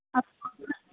آپ